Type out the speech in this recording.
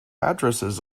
addresses